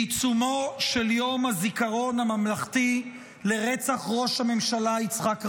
בעיצומו של יום הזיכרון הממלכתי לרצח ראש הממשלה יצחק רבין,